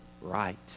right